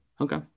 okay